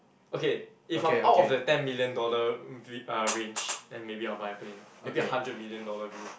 okay if I'm out of the ten million dollar v~ uh range then maybe I will buy a plane maybe a hundred million dollar view